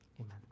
Amen